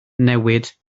newid